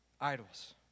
idols